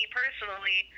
personally